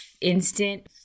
instant